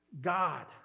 God